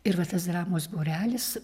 ir va tas dramos būrelis